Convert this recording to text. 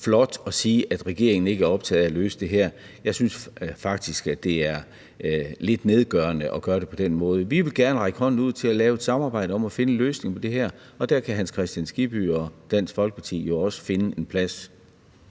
flot at sige, at regeringen ikke er optaget af at løse det her. Jeg synes faktisk, at det er lidt nedgørende at gøre det på den måde. Vi vil gerne række hånden ud til at lave et samarbejde om at finde en løsning på det her, og der kan hr. Hans Kristian Skibby og Dansk Folkeparti jo også finde en plads.